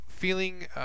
Feeling